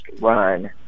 run